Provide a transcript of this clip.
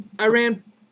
Iran